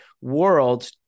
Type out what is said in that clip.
world